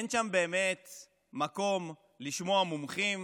אין שם באמת מקום לשמוע מומחים,